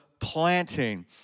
planting